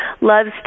loves